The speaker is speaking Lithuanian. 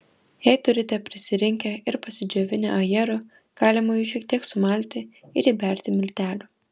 jei turite prisirinkę ir pasidžiovinę ajerų galima jų šiek tiek sumalti ir įberti miltelių